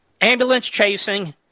ambulance-chasing